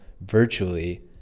virtually